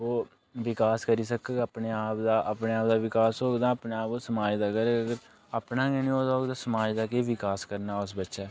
ओह् विकास करी सकग अपने आप दा अपने आप दा विकास होग ते अपने आप ओह् समाज दा करग अपना गै निं होग ते समाज दा केह् विकास करना अस बच्चे